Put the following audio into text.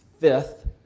fifth